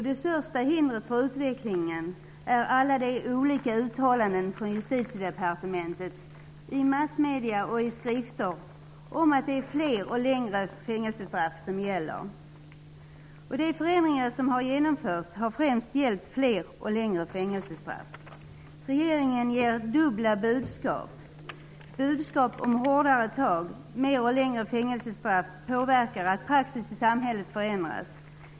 Det största hindret för utvecklingen är alla de olika uttalanden från Justitiedepartementet i massmedier och i skrifter om att det är fler och längre fängelsestraff som gäller. De förändringar som har genomförts har främst inneburit fler och längre fängelsestraff. Regeringen ger dubbla budskap. Budskap om hårdare tag, fler och längre fängelsestraff gör att praxis i samhället förändras.